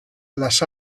las